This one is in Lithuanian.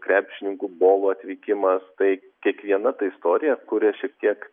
krepšininkų bolų atvykimas tai kiekviena ta istorija kuria šiek tiek